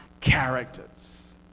characters